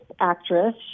actress